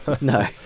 No